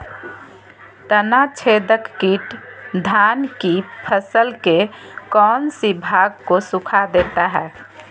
तनाछदेक किट धान की फसल के कौन सी भाग को सुखा देता है?